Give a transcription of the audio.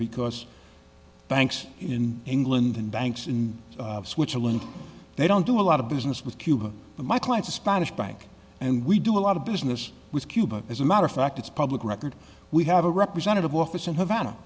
because banks in england and banks in switzerland they don't do a lot of business with cuba but my client's a spanish bank and we do a lot of business with cuba as a matter of fact it's public record we have a representative office and havana